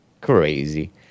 Crazy